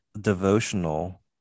devotional